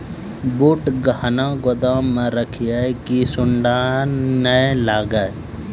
बूट कहना गोदाम मे रखिए की सुंडा नए लागे?